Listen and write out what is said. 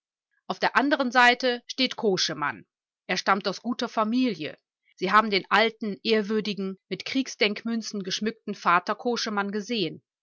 auf der anderen seite steht koschemann er stammt aus guter familie sie haben den alten ehrwürdigen mit kriegsdenkmünzen geschmückten vater koschemann gesehen